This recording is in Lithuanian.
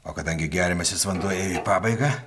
o kadangi geriamasis vanduo ėjo į pabaigą